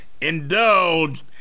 indulged